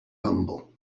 humble